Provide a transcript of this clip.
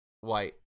White